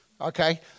Okay